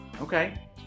Okay